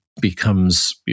becomes